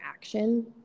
action